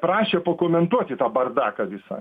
prašė pakomentuoti tą bardaką visą